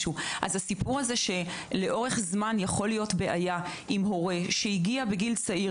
הסיפור הזה שלאורך זמן יכול להיות בעיה אם הוא הגיע בגיל צעיר